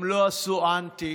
הם לא עשו אנטי,